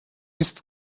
ist